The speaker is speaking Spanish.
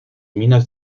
minas